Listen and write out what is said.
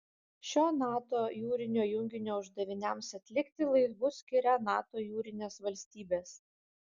šio nato jūrinio junginio uždaviniams atlikti laivus skiria nato jūrinės valstybės